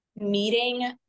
meeting